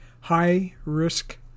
high-risk